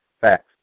Facts